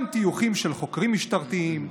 גם טיוחים של חוקרים משטרתיים,